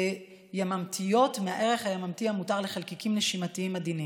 יממתיות מהערך היממתי המותר לחלקיקים נשימים עדינים,